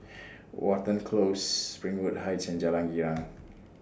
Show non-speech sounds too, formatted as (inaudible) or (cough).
Watten Close Springwood Heights and Jalan Girang (noise)